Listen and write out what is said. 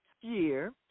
year